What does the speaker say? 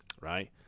Right